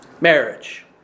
marriage